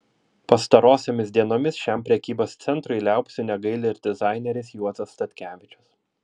pastarosiomis dienomis šiam prekybos centrui liaupsių negaili ir dizaineris juozas statkevičius